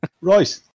Right